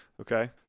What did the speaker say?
Okay